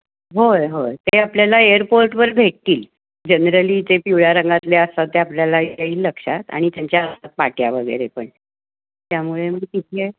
होय होय ते आपल्याला एअरपोर्टवर भेटतील जनरली जे पिवळ्या रंगातले असतात ते आपल्याला येईल लक्षात आणि त्यांच्या पाट्या वगैरे पण त्यामुळे मग तिथे